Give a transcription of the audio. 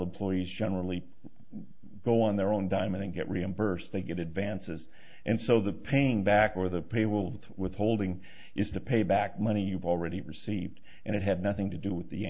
employees generally go on their own dime and get reimbursed they get advances and so the paying back or the pay willed withholding is to pay back money you've already received and it had nothing to do with the